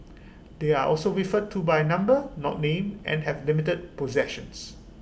they are also referred to by number not name and have limited possessions